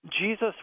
Jesus